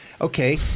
Okay